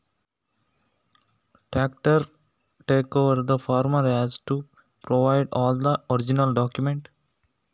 Tractor ತೆಗೊಳ್ಳಿಕೆ ರೈತನು ಯಾವುದೆಲ್ಲ ಮೂಲಪತ್ರಗಳನ್ನು ಕೊಡ್ಬೇಕು?